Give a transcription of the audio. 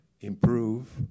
improve